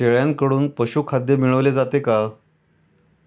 शेळ्यांकडून पशुखाद्य मिळवले जाते का?